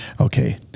Okay